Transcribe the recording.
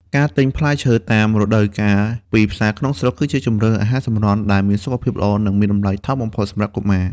ការទិញផ្លែឈើតាមរដូវកាលពីផ្សារក្នុងស្រុក គឺជាជម្រើសអាហារសម្រន់ដែលមានសុខភាពល្អ និងមានតម្លៃថោកបំផុតសម្រាប់កុមារ។